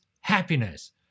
happiness